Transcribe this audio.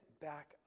back